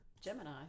Gemini